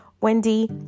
Wendy